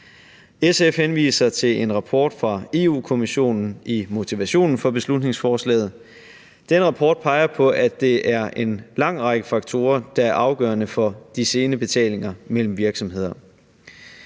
SF henviser til en rapport fra Europa-Kommissionen i motivationen for beslutningsforslaget. Den rapport peger på, at det er en lang række faktorer, der er afgørende for de sene betalinger mellem virksomheder.